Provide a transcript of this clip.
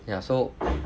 ya so